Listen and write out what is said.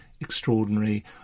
extraordinary